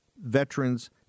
veterans